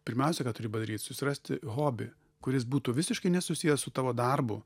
pirmiausia ką turi padaryt susirasti hobį kuris būtų visiškai nesusijęs su tavo darbu